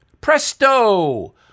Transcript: Presto